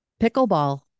pickleball